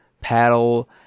paddle